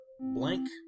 blank